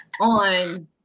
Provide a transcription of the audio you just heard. on